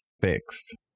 fixed